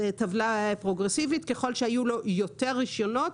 טבלה פרוגרסיבית, ככל שהיו לו יותר רישיונות